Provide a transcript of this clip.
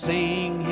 Sing